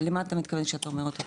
למה אתה מתכוון שאתה אומר אותו תור?